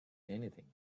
anything